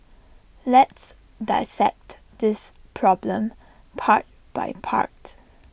let's dissect this problem part by part